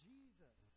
Jesus